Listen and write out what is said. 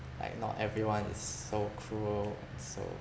like not everyone is so cruel and so